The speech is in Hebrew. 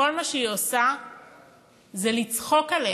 כל מה שהיא עושה זה לצחוק עליהם.